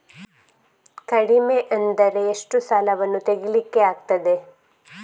ಕಡಿಮೆ ಅಂದರೆ ಎಷ್ಟು ಸಾಲವನ್ನು ತೆಗಿಲಿಕ್ಕೆ ಆಗ್ತದೆ?